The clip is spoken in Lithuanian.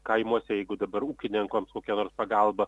kaimuose jeigu dabar ūkininkams kokia nors pagalba